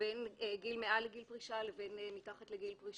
בין מעל גיל פרישה לבין מתחת לגיל פרישה,